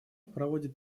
проводят